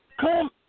Come